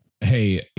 hey